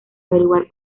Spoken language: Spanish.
averiguar